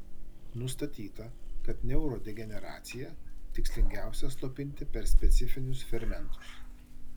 nustatyta kad neurodegeneraciją tikslingiausia slopinti per specifinius fermentus